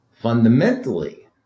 fundamentally